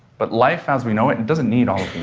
but life as we know it it doesn't need all